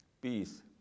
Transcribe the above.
peace